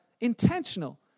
Intentional